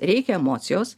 reik emocijos